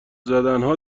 زدنها